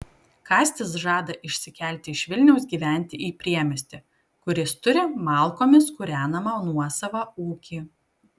kastis žada išsikelti iš vilniaus gyventi į priemiestį kur jis turi malkomis kūrenamą nuosavą ūkį